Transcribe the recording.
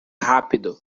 rápido